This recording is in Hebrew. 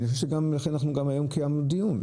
ואני חושב שלכן גם היום קיימנו דיון,